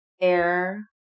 air